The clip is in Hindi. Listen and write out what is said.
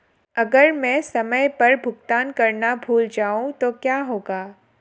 अगर मैं समय पर भुगतान करना भूल जाऊं तो क्या होगा?